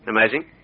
Amazing